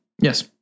Yes